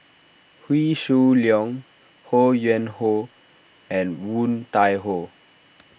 Wee Shoo Leong Ho Yuen Hoe and Woon Tai Ho